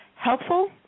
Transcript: helpful